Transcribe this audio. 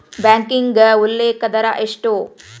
ಬ್ಯಾಂಕ್ನ್ಯಾಗ ಉಲ್ಲೇಖ ದರ ಎಷ್ಟ